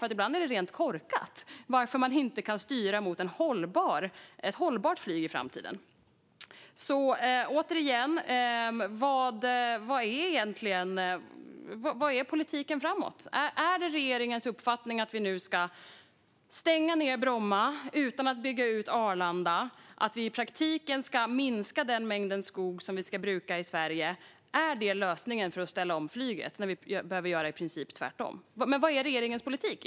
Det är nämligen rent korkat att inte styra mot ett hållbart flyg i framtiden. Återigen: Vad är politiken framåt? Är det regeringens uppfattning att vi ska stänga ned Bromma utan att bygga ut Arlanda? Ska vi i praktiken minska den mängd skog vi ska bruka i Sverige? Är det lösningen för att ställa om flyget, när vi behöver göra i princip tvärtom? Vad är regeringens politik?